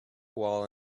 wall